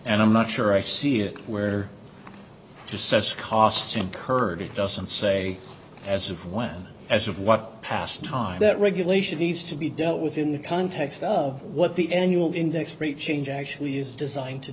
and i'm not sure i see it where just says costs incurred it doesn't say as of when as of what past time that regulation needs to be dealt with in the context of what the n you will index for a change actually is designed to